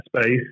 space